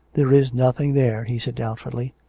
there is nothing there! he said doubtfully.